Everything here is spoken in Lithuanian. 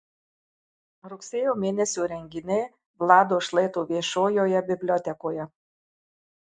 rugsėjo mėnesio renginiai vlado šlaito viešojoje bibliotekoje